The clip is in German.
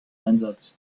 einsatz